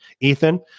Ethan